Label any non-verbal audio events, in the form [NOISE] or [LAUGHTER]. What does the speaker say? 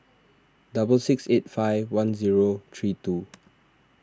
double six eight five one zero three two [NOISE]